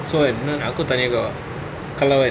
this one aku tanya kau ah kalau kan